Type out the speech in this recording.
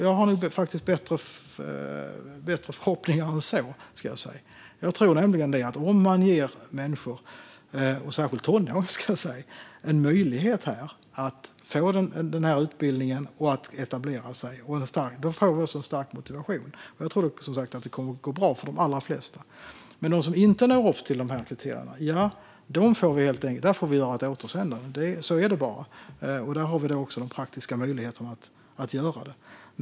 Jag har större förhoppningar än så. Jag tror nämligen att om man ger människor, särskilt tonåringar, en möjlighet att få denna utbildning och att etablera sig får de också en stark motivation. Jag tror som sagt att det kommer att gå bra för de allra flesta. Men för dem som inte når upp till kriterierna får vi helt enkelt göra ett återsändande; så är det bara. Det har vi också de praktiska möjligheterna att göra.